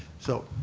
so